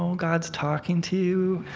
um god's talking to you?